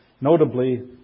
Notably